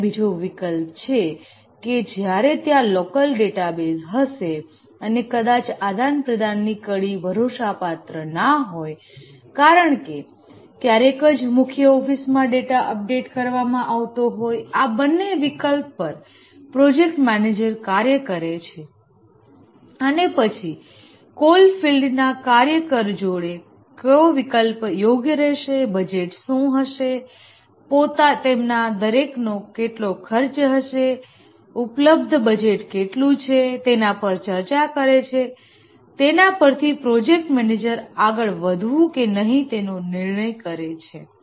જ્યારે બીજો વિકલ્પ છે કે જ્યારે ત્યાં લોકલ ડેટાબેઝ હશે અને કદાચ આદાન પ્રદાનની કડી ભરોસાપાત્ર ના હોય કારણકે ક્યારેક જ મુખ્ય ઓફિસમાં ડેટા અપડેટ કરવામાં આવતો હોય છે આ બંને વિકલ્પ પર પ્રોજેક્ટ મેનેજર કાર્ય કરે છે અને પછી કોલફિલ્ડ ના કાર્યકર જોડે કયો વિકલ્પ યોગ્ય રહેશે બજેટ શું છે તેમાંના દરેક નો કેટલો ખર્ચ થશે ઉપલબ્ધ બજેટ કેટલું છે તેના પર ચર્ચા કરે છે તેના પરથી પ્રોજેક્ટ મેનેજર આગળ વધવું કે નહીં તેનો નિર્ણય કરે છે